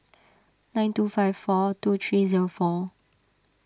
nine two five four two three zero four